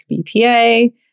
BPA